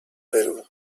perú